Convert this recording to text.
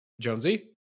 Jonesy